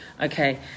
okay